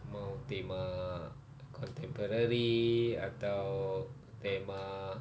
tema contemporary atau tema